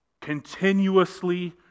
Continuously